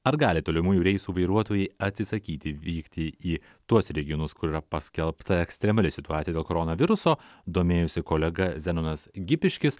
ar gali tolimųjų reisų vairuotojai atsisakyti vykti į tuos regionus kur yra paskelbta ekstremali situacija dėl koronaviruso domėjosi kolega zenonas gipiškis